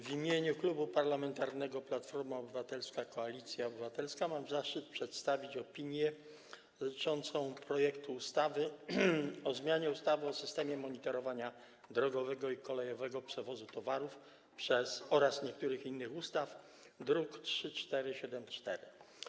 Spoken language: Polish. W imieniu Klubu Parlamentarnego Platforma Obywatelska - Koalicja Obywatelska mam zaszczyt przedstawić opinię dotyczącą projektu ustawy o zmianie ustawy o systemie monitorowania drogowego i kolejowego przewozu towarów oraz niektórych innych ustaw, druk nr 3474.